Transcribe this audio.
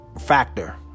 factor